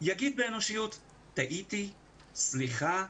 יגיד באנושיות: "טעיתי, סליחה,